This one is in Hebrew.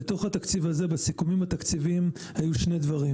בתקציב הזה, בסיכומים התקציביים היו שני דברים